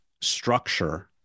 structure